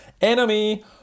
Enemy